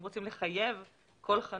אם רוצים לחייב כל חנות